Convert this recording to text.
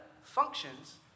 functions